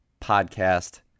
podcast